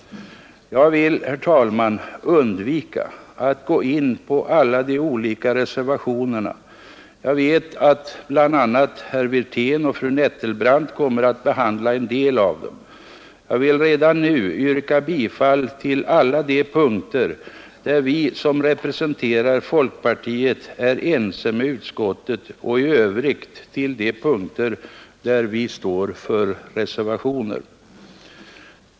Jag vill, herr talman, undvika att särskilt gå in på alla de olika reservationerna. Jag vet att bl.a. herr Wirtén och fru Nettelbrandt kommer att behandla en del av dem. Redan nu vill jag yrka bifall till alla de punkter där vi som representerar folkpartiet är ense med utskottet och i Övrigt till reservationerna 1, 2a, 3—16.